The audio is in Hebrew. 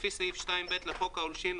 לפי סעיף 2(ב) לחוק העונשין,